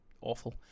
awful